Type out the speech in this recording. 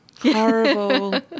horrible